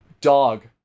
Dog